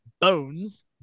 Bones